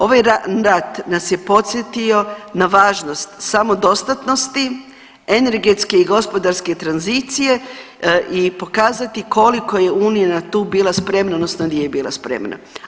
Ovaj rat nas je podsjetio na važnost samodostatnosti, energetske i gospodarske tranzicije i pokazati koliko je unija tu bila spremna odnosno nije bila spremna.